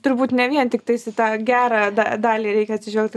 turbūt ne vien tiktais į tą gerą da dalį reikia atsižvelgt